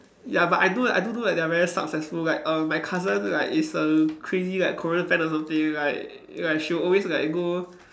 ya but I know that I do do that they are very successful like err my cousin like is a crazy like Korean fan or something like like she will always like go